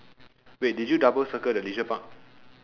wait did you double circle the leisure park